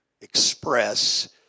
express